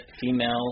female